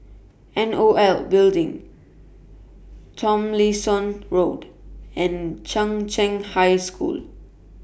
N O L Building Tomlinson Road and Chung Cheng High School